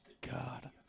God